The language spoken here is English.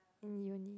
in uni